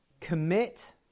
Commit